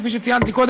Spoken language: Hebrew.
כפי שציינתי קודם,